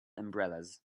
umbrellas